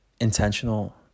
intentional